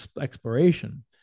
exploration